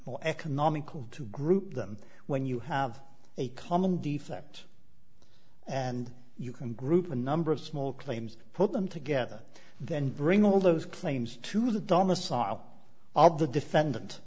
more economical to group them when you have a common defect and you can group a number of small claims put them together then bring all those claims to the thomas r of the defendant